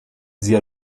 zia